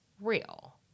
real